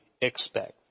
expect